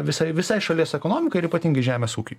visai visai šalies ekonomikai ir ypatingai žemės ūkiui